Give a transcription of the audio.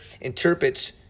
interprets